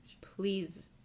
please